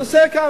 תעשה כאן,